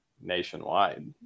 nationwide